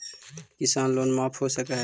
किसान लोन माफ हो सक है?